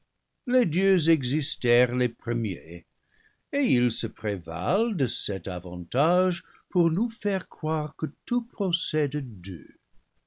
les dieux exis tèrent les premiers et ils se prévalent de cet avantage pour nous faire croire que tout procède d'eux